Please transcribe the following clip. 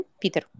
Peter